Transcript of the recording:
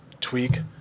tweak